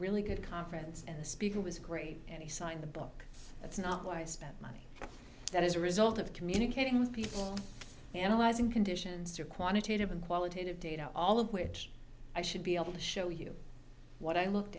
really good conference and the speaker was great and he signed the book that's not why i spent money that as a result of communicating with people analyzing conditions or quantitative and qualitative data all of which i should be able to show you what i looked